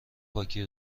پاکی